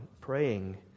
praying